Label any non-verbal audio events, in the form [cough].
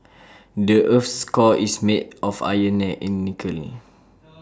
the Earth's core is made of iron [unintelligible] and nickel